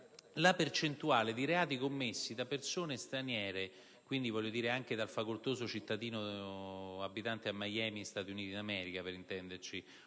Tra l'altro, i reati commessi da persone straniere (quindi anche dal facoltoso cittadino abitante a Miami, Stati Uniti d'America, per intenderci,